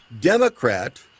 Democrat